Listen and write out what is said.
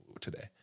today